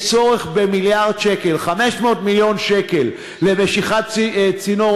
יש צורך במיליארד שקל: 500 מיליון שקל למשיכת צינור